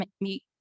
meet